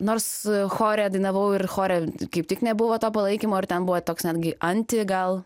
nors chore dainavau ir chore kaip tik nebuvo to palaikymo ir ten buvo toks netgi anti gal